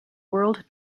world